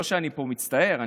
לא שאני פה מצטער,